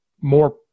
more